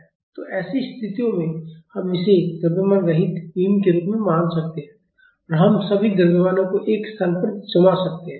तो ऐसी स्थितियों में हम इसे द्रव्यमान रहित बीम के रूप में मान सकते हैं और हम सभी द्रव्यमानों को एक स्थान पर जमा सकते हैं